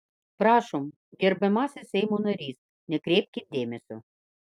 prašom gerbiamasis seimo nary nekreipkit dėmesio